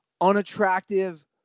unattractive